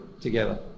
together